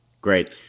Great